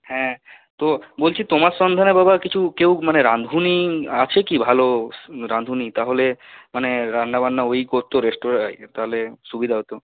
হ্যাঁ তো বলছি তোমার সন্ধানে বাবা কিছু কেউ মানে রাঁধুনি আছে কি ভালো রাঁধুনি তাহলে মানে রান্না বান্না ওই করতো রেস্তোরাঁয় তাহলে সুবিধা হত